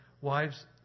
Wives